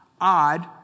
odd